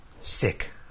sick